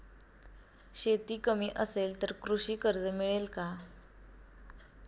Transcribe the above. शेती कमी असेल तर कृषी कर्ज मिळेल का?